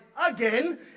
again